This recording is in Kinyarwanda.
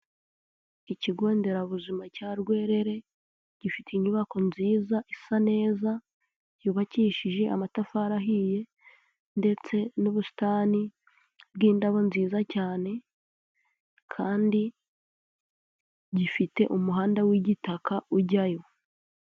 Ikigo nderabuzima cya Rwerere gifite inyubako nziza isa neza, yubakishije amatafari ahiye ndetse n'ubusitani bw'indabo nziza cyane, kandi gifite umuhanda w'igitaka ujya yo.